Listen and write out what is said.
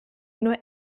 nur